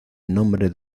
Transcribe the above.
nombre